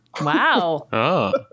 Wow